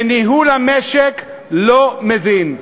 בניהול המשק לא מבין.